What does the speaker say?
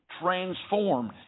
transformed